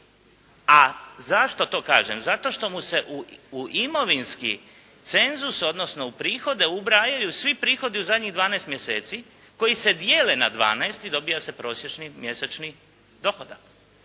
A zašto to kažem? Zato što mu se u imovinski cenzus, odnosno u prihode ubrajaju svi prihodi u zadnjih 12 mjeseci koji se dijele na 12 i dobija se prosječni mjesečni dohodak.